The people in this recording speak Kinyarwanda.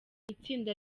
itsinda